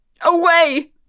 Away